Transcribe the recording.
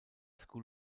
school